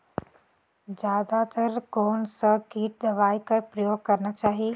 जादा तर कोन स किट दवाई कर प्रयोग करना चाही?